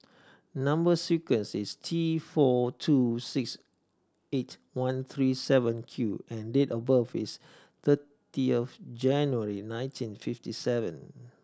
number sequence is T four two six eight one three seven Q and date of birth is thirty of January nineteen fifty seven